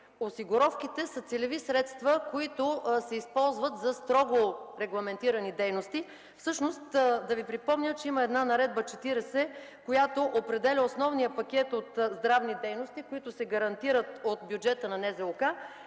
Осигуровките са целеви средства, които се използват за строго регламентирани дейности. Ще Ви припомня, че има Наредба № 40, която определя основния пакет от здравни дейности, които се гарантират от бюджета на НЗОК.